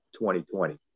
2020